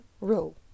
Rule